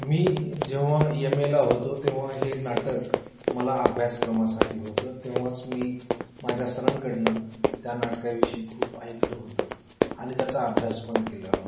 मी जेव्हा M A ला होतो तेव्हा हे नाटक मला अभ्यासक्रमासाठी होतं तेव्हाच मी माझ्या सरांकडनं त्या नाटकाविषयी खूप ऐकलं होतं आणि त्याचा अभ्यास पण केला हो